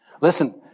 Listen